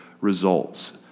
results